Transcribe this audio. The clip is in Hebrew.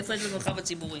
איפה יש במרחב הציבורי?